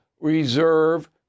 reserve